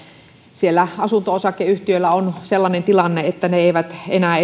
siellä asunto osakeyhtiöillä on sellainen tilanne että ne eivät enää